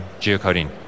geocoding